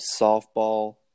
softball